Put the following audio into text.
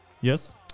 yes